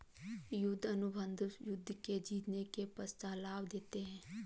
युद्ध अनुबंध युद्ध के जीतने के पश्चात लाभ देते हैं